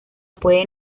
puede